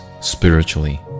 spiritually